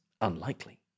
unlikely